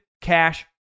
Cash